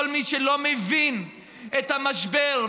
כל מי שלא מבין את המשבר,